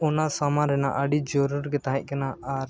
ᱚᱱᱟ ᱥᱟᱢᱟᱱ ᱨᱮᱱᱟᱜ ᱟᱹᱰᱤ ᱡᱟᱹᱨᱩᱨᱜᱮ ᱛᱟᱦᱮᱸ ᱠᱟᱱᱟ ᱟᱨ